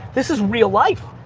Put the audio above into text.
this is real life.